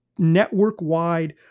Network-wide